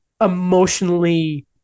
emotionally